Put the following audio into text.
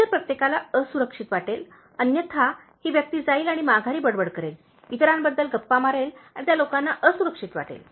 इतर प्रत्येकाला असुरक्षित वाटेल अन्यथा ही व्यक्ती जाईल आणि माघारी बडबड करेल इतरांबद्दल गप्पा मारेल आणि त्या लोकांना असुरक्षित वाटेल